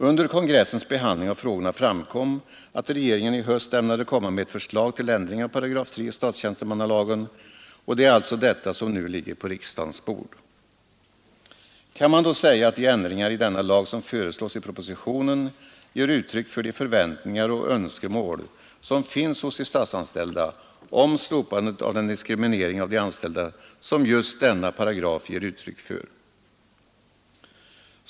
Under kongressens behandling av frågorna framkom att regeringen i höst ämnade lägga fram ett förslag till ändring av 3 § i statstjänstemannalagen. Det är alltså detta förslag som nu ligger på riksdagens bord. Kan man då säga att de ändringar i denna lag som föreslås i propositionen uppfyller de förväntningar och önskemål som finns hos de statsanställda om slopandet av den diskriminering av de anställda som just denna paragraf ger uttryck för?